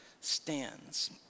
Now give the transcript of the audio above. stands